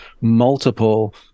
multiple